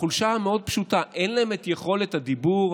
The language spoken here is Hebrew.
בחולשה המאוד-פשוטה: אין להם את יכולת הדיבור,